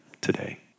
today